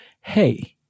Hey